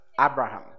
Abraham